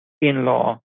in-law